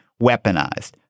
weaponized